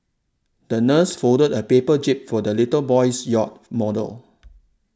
the nurse folded a paper jib for the little boy's yacht model